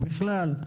בכלל,